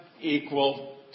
equal